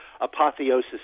apotheosis